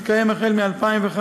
המתקיים החל מ-2005,